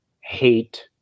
hate